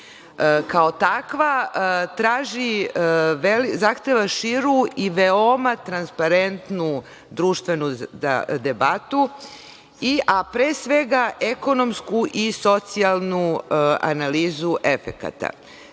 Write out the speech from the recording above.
Kao takva traži, zahteva širu i veoma transparentnu društvenu debatu, a pre svega, ekonomsku i socijalnu analizu efekata.